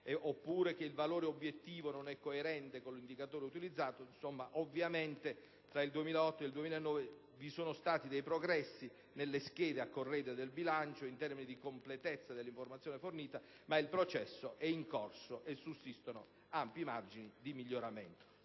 oppure che «il valore-obiettivo non è coerente con l'indicatore utilizzato per misurarlo». Ovviamente tra il 2008 ed il 2009 vi sono stati progressi nelle schede a corredo del bilancio, in termini di completezza dell'informazione fornita, ma il processo è in corso e sussistono ampi margini di miglioramento.